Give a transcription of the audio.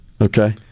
Okay